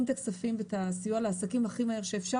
את הכספים ואת הסיוע לעסקים הכי מהר שאפשר.